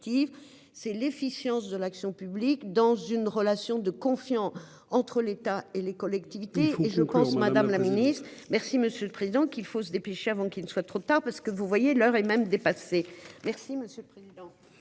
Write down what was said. c'est l'efficience de l'action publique dans une relation de confiance entre l'État et les collectivités.